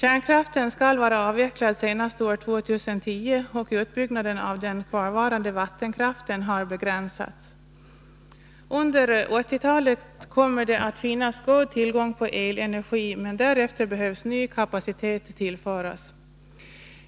Kärnkraften skall vara avvecklad senast år 2010, och utbyggnaden av den kvarvarande vattenkraften har begränsats. Under 1980-talet kommer det att finnas god tillgång på elenergi, men därefter behöver ny kapacitet tillföras.